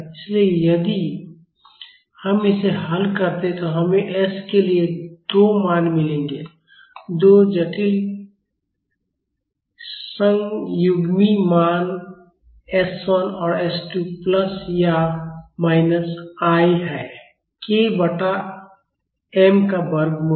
इसलिए यदि हम इसे हल करते हैं तो हमें s के लिए 2 मान मिलेंगे 2 जटिल संयुग्मी मान s 1 और s 2 प्लस या माइनस i हैं k बटा m का वर्गमूल